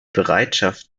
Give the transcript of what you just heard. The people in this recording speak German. bereitschaft